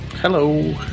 Hello